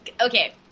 Okay